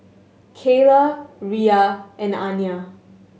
Kaylah Riya and Aniyah